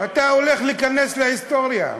אתה הולך להיכנס להיסטוריה.